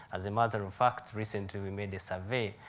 as a matter of fact, recently we made a survey,